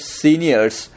seniors